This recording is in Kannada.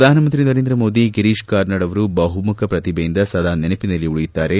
ಪ್ರಧಾನಮಂತ್ರಿ ನರೇಂದ್ರ ಮೋದಿ ಗಿರೀಶ್ ಕಾರ್ನಾಡ್ ಅವರು ಬಹುಮುಖ ಪ್ರತಿಭೆಯಿಂದ ಸದಾ ನೆನಪಿನಲ್ಲಿ ಉಳಿಯುತ್ತಾರೆ